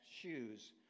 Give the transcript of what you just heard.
shoes